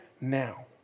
now